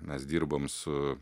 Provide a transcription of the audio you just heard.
mes dirbom su